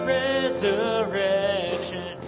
resurrection